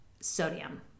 sodium